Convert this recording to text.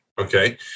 Okay